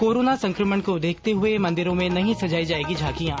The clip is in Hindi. कोरोना संक्रमण को देखते हुए मंदिरों में नहीं सजाई जायेगी झांकियां